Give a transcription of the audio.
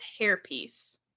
hairpiece